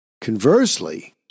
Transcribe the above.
Conversely